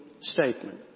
statement